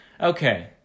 okay